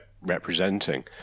representing